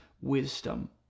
wisdom